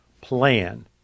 plan